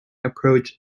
approach